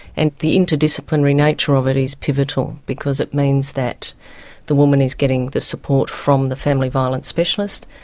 and the interdisciplinary nature of it is pivotal because it means that the woman is getting the support from the family violence specialist,